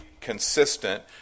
consistent